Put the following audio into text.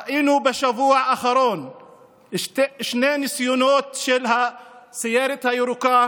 ראינו בשבוע האחרון שני ניסיונות של הסיירת הירוקה